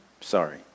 sorry